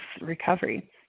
recovery